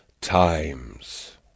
times